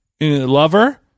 lover